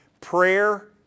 Prayer